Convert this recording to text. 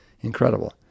Incredible